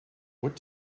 what